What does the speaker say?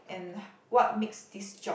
and what makes this job